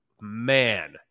man